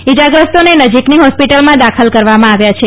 ઇજાગ્રસ્તોને નજીકની હોસ્પિટલમાં દાખલ કરવામાં આવ્યા છે